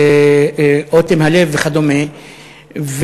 אוטם הלב וכדומה,